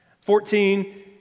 Fourteen